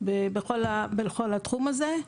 בכל התחום הזה.